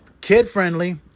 kid-friendly